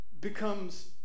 becomes